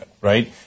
Right